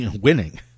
winning